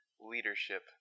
leadership